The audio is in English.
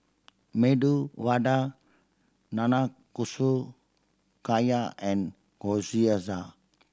Medu Vada Nanakusa Gayu and Gyoza